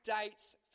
dates